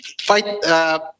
fight